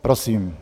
Prosím.